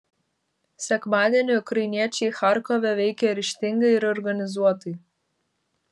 sekmadienį ukrainiečiai charkove veikė ryžtingai ir organizuotai